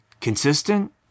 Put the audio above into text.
consistent